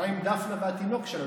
מה עם דפנה והתינוק שלה?